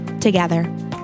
Together